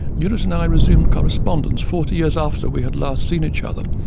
unity and i resumed correspondence forty years after we had last seen each other,